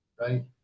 right